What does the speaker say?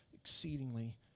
exceedingly